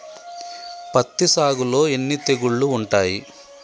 పత్తి సాగులో ఎన్ని తెగుళ్లు ఉంటాయి?